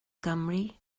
gymru